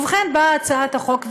ובכן, באה הצעת החוק ואומרת: